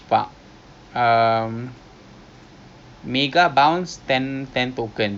it is the nearest M_R_T station is tiong baru